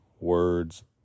words